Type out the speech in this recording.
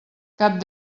cap